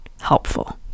helpful